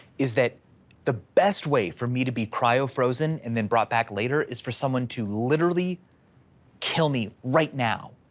is that the best way for me to be cryo frozen and then brought back later is for someone to literally kill me right now.